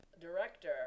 director